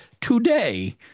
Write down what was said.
today